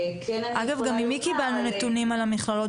ממי קיבלנו נתונים על המכללות